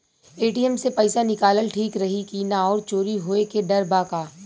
ATM से पईसा निकालल ठीक रही की ना और चोरी होये के डर बा का?